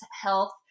health